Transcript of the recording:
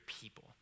people